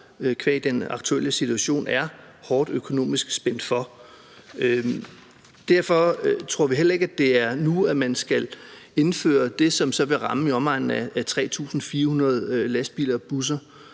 qua den aktuelle situation er hårdt økonomisk spændt for. Derfor tror vi heller ikke, at det er nu, man skal indføre det, som så vil ramme i omegnen af 3.400 lastbiler og busser,